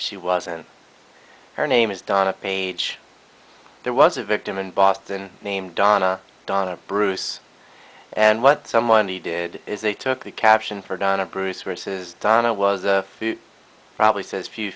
she wasn't her name is donna page there was a victim in boston named donna donna bruce and what someone needed is they took the caption for donna bruce versus donna was a probably says few